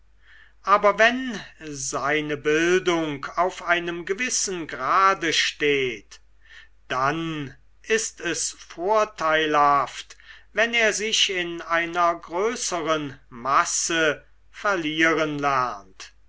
aber wenn seine bildung auf einem gewissen grade steht dann ist es vorteilhaft wenn er sich in einer größern masse verlieren lernt